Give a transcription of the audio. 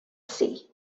sea